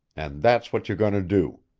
and that's what you're going to do.